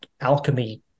alchemy